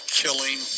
killing